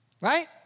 Right